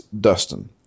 Dustin